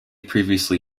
previously